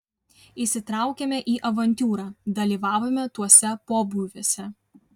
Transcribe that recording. įsitraukėme į avantiūrą dalyvavome tuose pobūviuose